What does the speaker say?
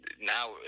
now